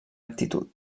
actitud